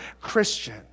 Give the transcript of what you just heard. Christian